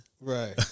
Right